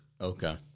okay